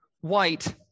white